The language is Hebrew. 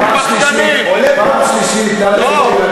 מסוימים שנוח לכם להשמיע להם את הדברים האלה?